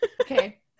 Okay